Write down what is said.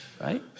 Right